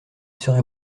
serait